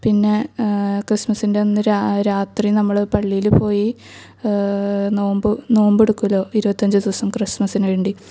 പിന്നെ ക്രിസ്മസിൻ്റെ അന്ന് രാത്രി നമ്മൾ പള്ളിയിൽ പോയി നോമ്പ് നോമ്പെടുക്കുമല്ലോ ഇരുപത്തി അഞ്ചു ദിവസം ക്രിസ്മസിന് വേണ്ടി